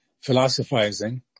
Philosophizing